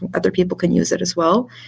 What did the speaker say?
and other people can use it as well.